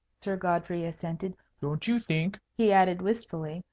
sir godfrey assented. don't you think, he added, wistfully,